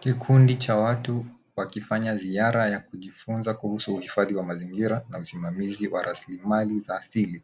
Kikundi cha watu wakifanya ziara ya kujifunza kuhusu uhifadhi wa mazingira na usimamizi wa rasilimali za asili.